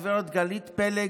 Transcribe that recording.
הגב' גלית פלג.